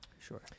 Sure